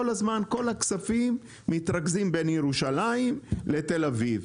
הזמן כל הכספים מתרכזים בירושלים ותל אביב.